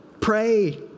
pray